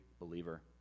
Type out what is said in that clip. believer